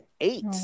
eight